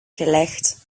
gelegd